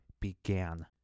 began